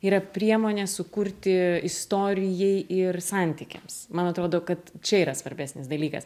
yra priemonė sukurti istorijai ir santykiams man atrodo kad čia yra svarbesnis dalykas